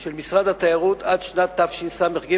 של משרד התיירות עד שנת תשס"ג,